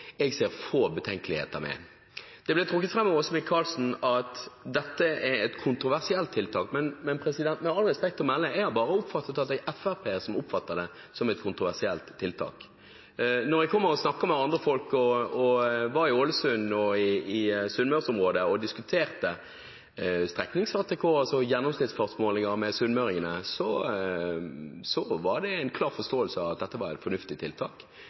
jeg ser få betenkeligheter med. Det ble trukket fram av Åse Michaelsen at dette er et kontroversielt tiltak, men – med all respekt – jeg har bare oppfattet at det er Fremskrittspartiet som oppfatter det som et kontroversielt tiltak. Når jeg snakker med andre folk – som da jeg var i Ålesund og diskuterte streknings-ATK, gjennomsnittsfartsmålinger, med sunnmøringene – er det en klar forståelse av at dette er et fornuftig tiltak,